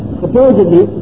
supposedly